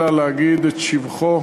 אלא להגיד את שבחו